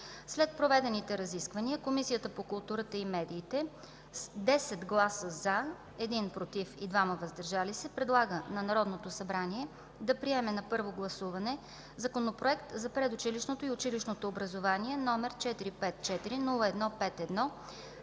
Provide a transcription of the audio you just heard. След проведените разисквания Комисията по културата и медиите с 10 гласа „за”, 1 „против” и 2 „въздържали се” предлага на Народното събрание да приеме на първо гласуване Законопроект за предучилищното и училищното образование, № 454-01-51,